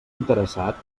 interessat